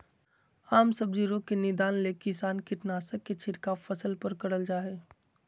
आम सब्जी रोग के निदान ले किसान कीटनाशक के छिड़काव फसल पर करल जा हई